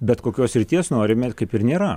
bet kokios srities norime kaip ir nėra